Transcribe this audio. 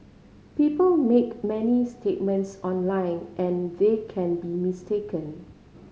people make many statements online and they can be mistaken